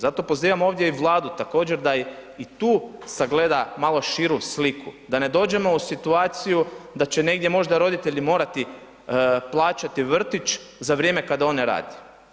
Zato pozivam ovdje i Vladu također da i tu sagleda malo širu sliku, da ne dođemo u situaciju da će negdje možda roditelji morati plaćati vrtić za vrijeme kada on ne radi.